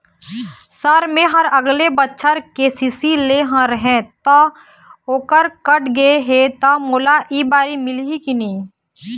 Sir मेहर अगले बछर के.सी.सी लेहे रहें ता ओहर कट गे हे ता मोला एबारी मिलही की नहीं?